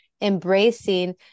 embracing